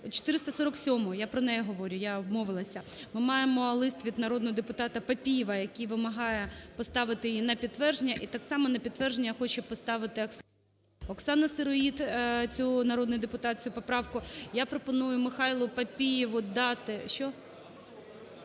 447-у, я про неї говорю, я обмовилася, ми маємо лист від народного депутата Папієва, який вимагає поставити її на підтвердження і так само на підтвердження хоче поставити Оксана Сироїд народний депутат цю поправку. Я пропоную Михайлу Папієву дати…